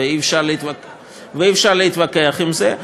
ואי-אפשר להתווכח על זה,